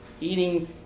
eating